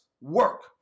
work